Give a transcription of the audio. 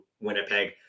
Winnipeg